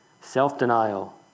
self-denial